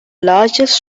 largest